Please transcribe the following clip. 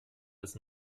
als